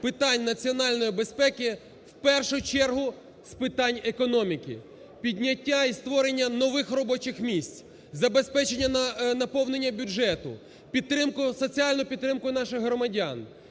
питань національної безпеки в першу чергу з питань економіки: підняття і створення нових робочих місць, забезпечення наповнення бюджету, соціальну підтримку наших громадян.